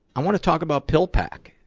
i want to talk about pillpack,